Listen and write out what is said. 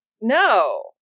No